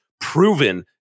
proven